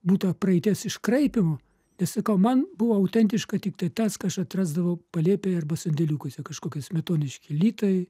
būta praeities iškraipymo nes sakau man buvo autentiška tiktai tas ką aš atrasdavau palėpėje arba sandeliukuose kažkoki smetoniški litai